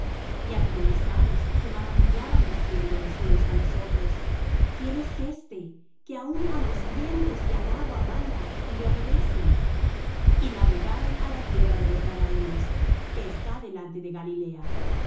y atemorizados se maravillaban diciendo los unos á los otros quién es éste que aun á los vientos y al agua manda y le obedecen y navegaron á la tierra de los gadarenos que está delante de galilea